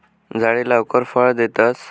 झाडे लवकर फळ देतस